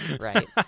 Right